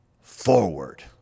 forward